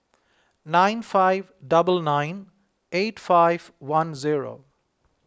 nine five double nine eight five one zero